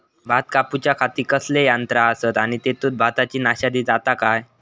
भात कापूच्या खाती कसले यांत्रा आसत आणि तेतुत भाताची नाशादी जाता काय?